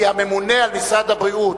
כי הממונה על משרד הבריאות,